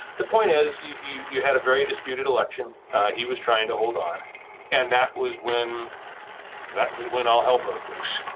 the point is you you had a very dispute election he was trying to hold on and that was when that was when all hell broke loose